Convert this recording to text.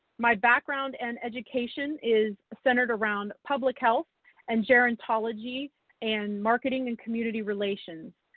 my background and education is centered around public health and gerontology and marketing and community relations.